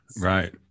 right